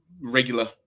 regular